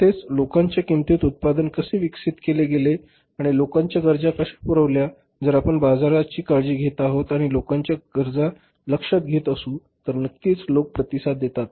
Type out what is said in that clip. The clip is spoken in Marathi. तेच लोकांच्या किंमतीत उत्पादन कसे विकसित केले गेले आणि लोकांच्या गरजा कशा पुरविल्या जर आपण बाजाराची काळजी घेत आहोत आणि लोकांच्या गरज लक्षात घेत असु तर नक्कीच लोक प्रतिसाद देतात